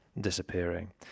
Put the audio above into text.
disappearing